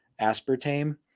aspartame